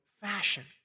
fashion